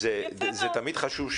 זה תמיד חשוב,